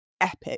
epic